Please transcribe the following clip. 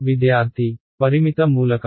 విద్యార్థి పరిమిత మూలకం